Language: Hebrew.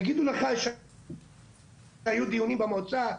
הם יגידו לך שהיו דיונים במועצה,